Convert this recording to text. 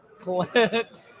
Clint